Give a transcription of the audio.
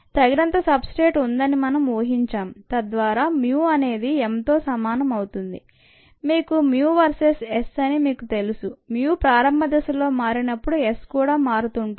తగినంత substrate ఉందని మనం ఊహించాం తద్వారా mu అనేది m తో సమానం అవుతుంది మీకు Mu వర్సెస్ Sఅని మీకు తెలుసు Mu ప్రారంభ దశల్లో మారినప్పుడు S కూడా మారుతుంది